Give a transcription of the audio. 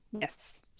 Yes